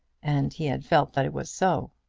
and he had felt that it was so.